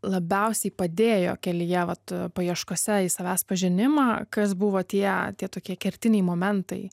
labiausiai padėjo kelyje vat paieškose į savęs pažinimą kas buvo tie tie tokie kertiniai momentai